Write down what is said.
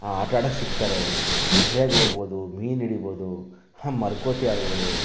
ಆಟಾಡಕ್ಕೆ ಸಿಗ್ತಾರೆ ಕೆರೆಗೆ ಹೋಗ್ಬೋದು ಮೀನು ಹಿಡಿಬೋದು ಮರಕೋತಿ ಆಡ್ಬೋದು